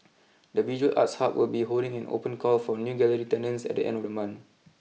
the visual arts hub will be holding an open call for new gallery tenants at the end of the month